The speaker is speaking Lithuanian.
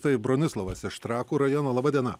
tai bronislovas iš trakų rajono laba diena